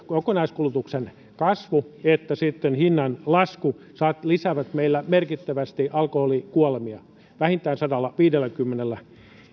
kokonaiskulutuksen kasvu että sitten hinnanlasku yhdessä lisäävät meillä merkittävästi alkoholikuolemia vähintään sadallaviidelläkymmenellä